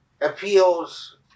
appeals